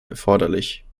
erforderlich